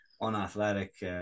unathletic